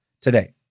today